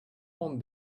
own